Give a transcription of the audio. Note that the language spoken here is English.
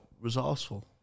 resourceful